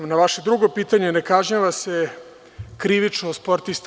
Na vaše drugo pitanje, ne kažnjava se krivično sportista.